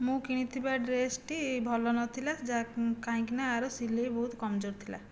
ମୁଁ କିଣିଥିବା ଡ୍ରେସ୍ଟି ଭଲ ନଥିଲା ଯାହା କାହିଁକିନା ଆର ସିଲେଇ ବହୁତ କମଜୋର ଥିଲା